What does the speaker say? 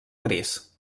gris